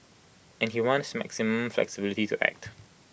and he wants maximum flexibility to act